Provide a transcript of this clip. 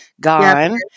gone